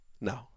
No